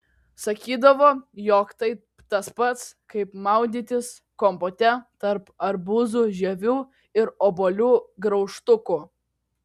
sakydavo jog tai tas pats kaip maudytis kompote tarp arbūzų žievių ir obuolių graužtukų